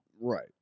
Right